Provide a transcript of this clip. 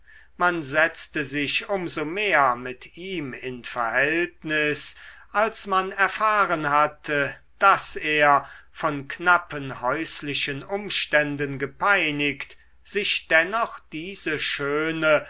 man setzte sich um so mehr mit ihm in verhältnis als man erfahren hatte daß er von knappen häuslichen umständen gepeinigt sich dennoch diese schöne